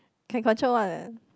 can control one